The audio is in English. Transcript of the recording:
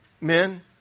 men